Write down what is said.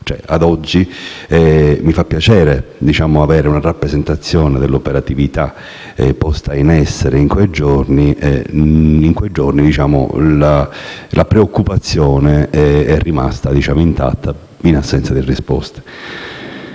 Ad oggi, mi fa piacere avere una rappresentazione dell'operatività posta in essere in quei giorni, ma la preoccupazione, in assenza di risposte,